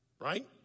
Right